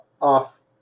off